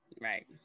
right